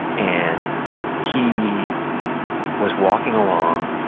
and he was walking along,